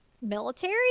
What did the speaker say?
military